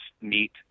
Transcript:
meet